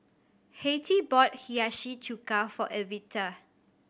Hattie bought Hiyashi Chuka for Evita